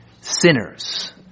sinners